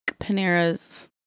Panera's